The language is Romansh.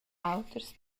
auters